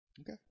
Okay